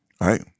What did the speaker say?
right